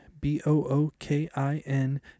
B-O-O-K-I-N